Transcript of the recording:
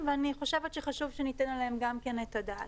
ואני חושבת שחשוב שניתן עליהם את הדעת.